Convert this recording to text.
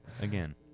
Again